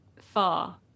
far